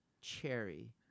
cherry